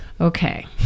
Okay